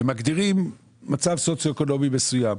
ומגדירים מצב סוציואקונומי מסוים.